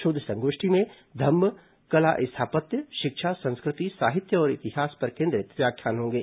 शोध संगोष्ठी में धम्म कला स्थापत्य शिक्षा संस्कृति साहित्य और इतिहास पर केंद्रित व्याख्यान होंगे